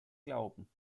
glauben